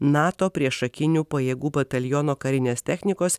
nato priešakinių pajėgų bataliono karinės technikos